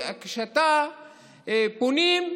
וכשפונים,